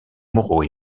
moraux